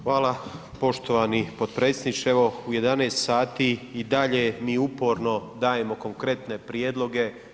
Hvala poštovani potpredsjedniče evo u 11h i dalje mi uporno dajemo konkretne prijedloge.